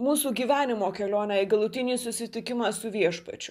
mūsų gyvenimo kelionę į galutinį susitikimą su viešpačiu